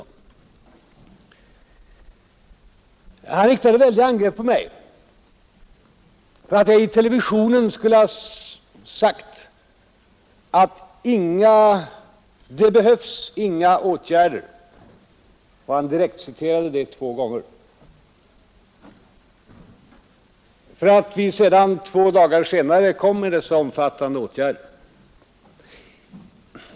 Herr Helén riktade kraftiga angrepp mot mig för att jag i TV skulle ha sagt att det behövs inga åtgärder — herr Helén direktciterade det två gånger — men att vi två dagar senare lade fram förslag om dessa omfattande åtgärder.